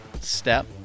step